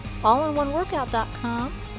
allinoneworkout.com